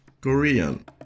Korean